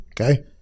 Okay